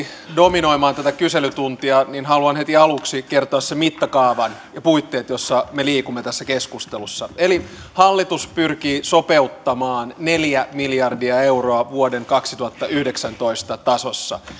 dominoimaan tätä kyselytuntia niin haluan heti aluksi kertoa sen mittakaavan ja puitteet joissa me liikumme tässä keskustelussa hallitus pyrkii sopeuttamaan neljä miljardia euroa vuoden kaksituhattayhdeksäntoista tasossa